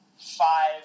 five